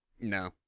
No